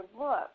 look